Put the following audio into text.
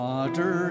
Water